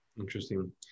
Interesting